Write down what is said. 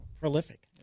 prolific